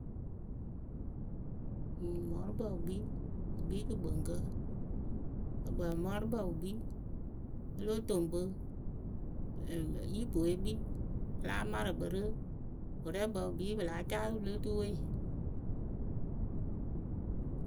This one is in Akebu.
Ǝŋ mɔɔrʊkpǝ wɨ kpii wɨ kpii kɨkpɨŋkǝ ǝkpǝǝmɔɔrʊkpǝ wɨ kpii o lóo toŋ kpǝ iboe kpii a láa marɨ kpɨ rɨ wɨrɛɛkpǝ wɨ kpii pɨ láa caa wɨ lo tuwe.